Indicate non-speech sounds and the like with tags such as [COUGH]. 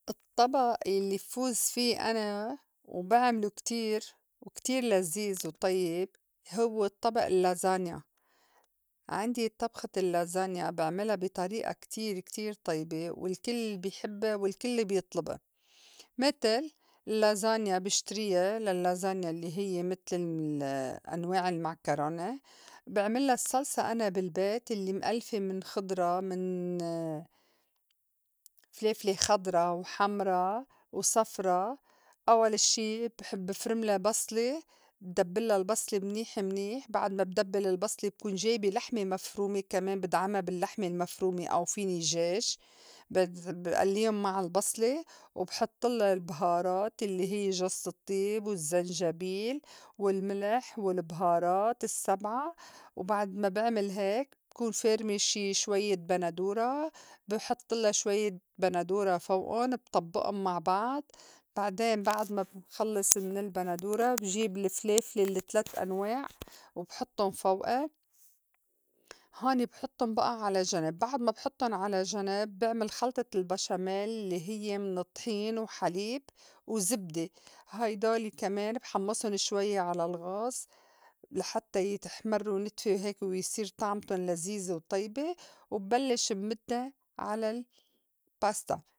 الطبئ يلّي بفوز في أنا وبعملو كتير وكتير لزيز وطيّب هوّ الطبئ الازانيا. عندي طبخة اللّزانيا بعملا بي طريئة كتير كتير طيبة والكل بي حبّا والكل بيطلبا. [NOISE] متل الازانيا بِشتريّا لللّازانيا الّي هيّ متل ال- [HESITATION] أنواع المعكرونة. بعملّا الصلصة أنا بالبيت يلّي مألفه من خضرا من [HESITATION] فليفلة خضرا، وحمرا، وصفرا. أوّل شي بحب بفرملا بصلة بدبّلا البصلة منيح منيح، بعد ما بدبّل البصلة بكون جايبة لحمة مفرومة كمان بِدعما باللّحمة المفرومة أو فيني جاج ب- بئلّين مع البصلة، وبحطلّا البهارات يلّي هي جوزة الطّيب، والزّنجبيل، والملح، والبهارات السّبعا. وبعد ما بعمل هيك بكون فآرمة شي شويّة بندورة بحطلّا شويّة بندورة فوئُن بطبّئن مع بعض، بعدين بعد [NOISE] ما بنخلّص من البندورة بجيب الفليفلة الّي تلات أنواع [NOISE] وبحطّن فوقا. هوني بحطُّن بقى على جنب، بعد ما بحطّن على جنب بعمل خلطة البشاميل الّي هيّ من الطحين وحليب وزبدة هيدولي كمان بحمّصن شوي على الغاز لحتّى يتحمّرو نتفة هيك ويصير طعمتُن لزيزة وطيبة وبلّش بمدّا على الباستا.